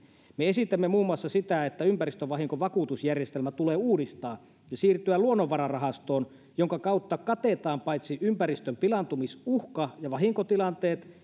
me esitämme muun muassa sitä että ympäristövahinkovakuutusjärjestelmä tulee uudistaa ja siirtyä luonnonvararahastoon jonka kautta katetaan paitsi ympäristön pilaantu misuhka ja vahinkotilanteet